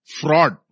Fraud